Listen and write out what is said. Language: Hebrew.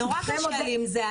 זה מודל --- נורא קשה לי עם זה,